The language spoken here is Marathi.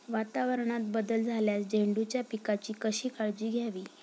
वातावरणात बदल झाल्यास झेंडूच्या पिकाची कशी काळजी घ्यावी?